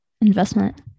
investment